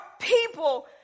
people